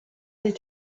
des